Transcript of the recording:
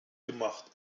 gemacht